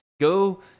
go